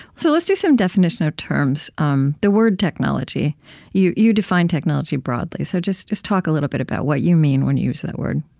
so let's do some definition of terms. um the word technology you you define technology broadly, so just just talk a little bit about what you mean when you use that word